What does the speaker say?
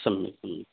सम्यक् सम्यक्